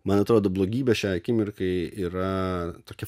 man atrodo blogybė šiai akimirkai yra tokia